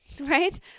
right